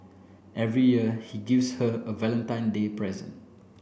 every year he gives her a Valentine Day present